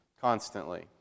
constantly